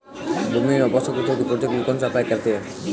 भूमि में पोषक तत्वों की पूर्ति के लिए कौनसा उपाय करते हैं?